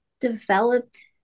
developed